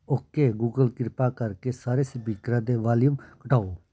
okay Google ਕਿਰਪਾ ਕਰਕੇ ਸਾਰੇ ਸਪੀਕਰਾਂ ਦੇ ਵਾਲੀਅਮ ਘਟਾਓ